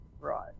Right